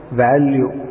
value